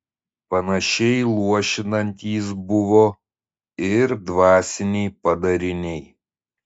panašiai luošinantys buvo ir dvasiniai padariniai